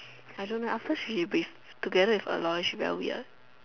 I don't know after she with together with Aloy she very weird